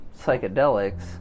psychedelics